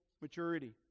maturity